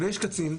ויש קצין,